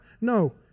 No